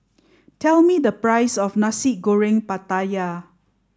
tell me the price of Nasi Goreng Pattaya